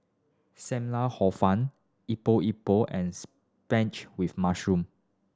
Sam Lau Hor Fun Epok Epok and spinach with mushroom